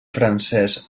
francès